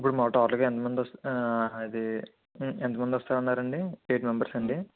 ఇప్పుడు మా టోటల్గా ఎంతమంది వస్ అదీ ఎంతమంది వస్తానన్నారండి ఎయిట్ మెంబర్సా అండి